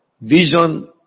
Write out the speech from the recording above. Vision